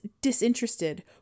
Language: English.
disinterested